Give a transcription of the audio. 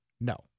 No